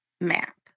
Map